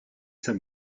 saint